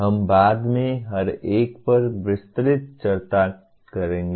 हम बाद में हर एक पर विस्तृत चर्चा करेंगे